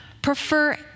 Prefer